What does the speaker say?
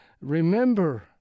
remember